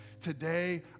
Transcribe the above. Today